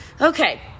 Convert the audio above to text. Okay